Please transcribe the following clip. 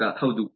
ಗ್ರಾಹಕ ಹೌದು